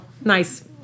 nice